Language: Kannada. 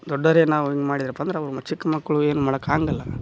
ದೊಡ್ಡೋರೆ ನಾವು ಹಿಂಗ್ ಮಾಡಿದ್ರಪ್ಪ ಅಂದ್ರೆ ಅವು ಚಿಕ್ಕ ಮಕ್ಕಳು ಏನು ಮಾಡಕ್ಕೆ ಆಗೋಂಗಿಲ್ಲ